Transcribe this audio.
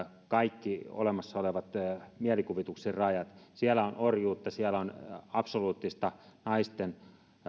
kaikki olemassa olevat mielikuvituksen rajat siellä on orjuutta siellä on absoluuttista naisten